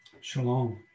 Shalom